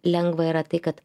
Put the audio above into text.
lengva yra tai kad